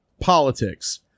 politics